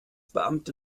beamte